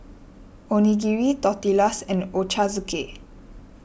Onigiri Tortillas and Ochazuke